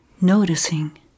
noticing